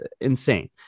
insane